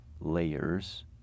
layers